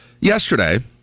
yesterday